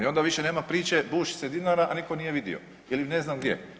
I onda više nema priče buši se Dinara a nitko nije vidio ili ne znam gdje.